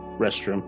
restroom